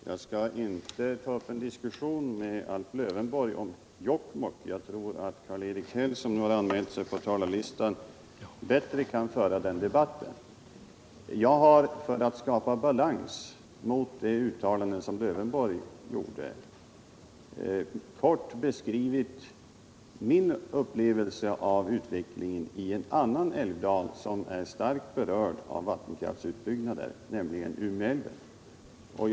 Herr talman! Jag skall inte ta upp en diskussion med AIf Lövenborg om Jokkmokk. Jag tror att Karl-Erik Häll, som nu har anmält sig på talarlistan, kan föra den debatten bättre. För att skapa balans med tanke på Alf Lövenborgs uttalanden har jag i korthet beskrivit min upplevelse om utvecklingen i en annan älvdal som är starkt berörd av vattenkraftsutbyggnaden, nämligen Umeälvsdalen.